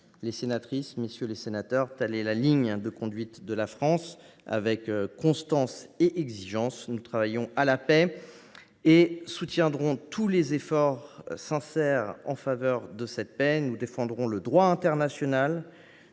Mesdames, messieurs les sénateurs, telle est la ligne de conduite de la France. Avec constance et exigence, nous œuvrerons pour la paix, soutiendrons tous les efforts sincères en faveur de cette dernière, défendrons le droit international